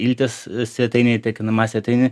iltes svetainėje tiek nma svetainėje